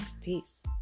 peace